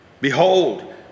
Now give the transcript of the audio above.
Behold